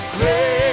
Great